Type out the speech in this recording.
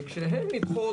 וכשהן נדחות,